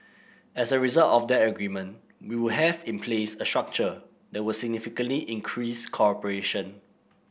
as a result of that agreement we would have in place a structure that would significantly increase cooperation